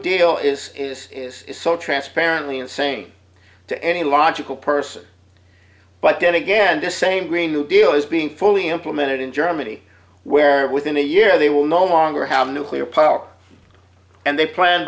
is is is is so transparently and same to any logical person but then again the same green new deal is being fully implemented in germany where within a year they will no longer have nuclear power and